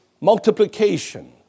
multiplication